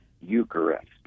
Eucharist